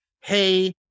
Hey